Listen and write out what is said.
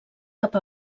cap